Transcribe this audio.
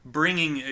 bringing